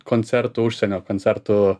koncertų užsienio koncertų